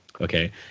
Okay